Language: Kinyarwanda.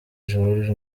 george